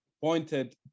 pointed